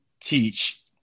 teach